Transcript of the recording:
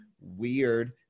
weird